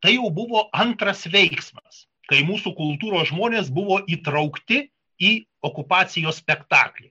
tai jau buvo antras veiksmas kai mūsų kultūros žmonės buvo įtraukti į okupacijos spektaklį